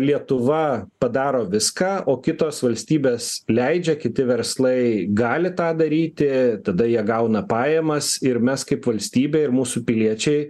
lietuva padaro viską o kitos valstybės leidžia kiti verslai gali tą daryti tada jie gauna pajamas ir mes kaip valstybė ir mūsų piliečiai